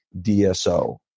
DSO